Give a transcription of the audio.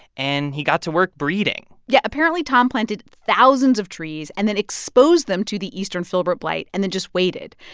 and he got to work breeding yeah. apparently tom planted thousands of trees and then exposed them to the eastern filbert blight and then just waited.